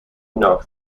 knock